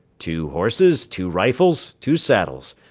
two horses, two rifles, two saddles,